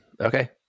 okay